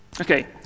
Okay